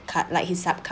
card like his sub card